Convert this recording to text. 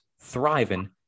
thriving